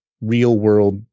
real-world